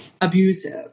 abusive